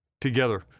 together